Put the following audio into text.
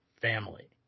family